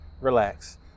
Relax